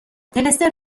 دلستر